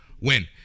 Win